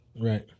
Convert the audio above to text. Right